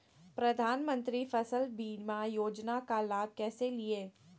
प्रधानमंत्री फसल बीमा योजना का लाभ कैसे लिये?